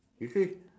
you see